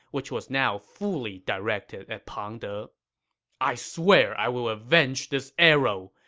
which was now fully directed at pang de i swear i will avenge this arrow!